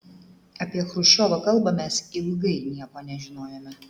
apie chruščiovo kalbą mes ilgai nieko nežinojome